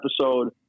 episode